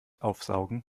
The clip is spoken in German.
aufsaugen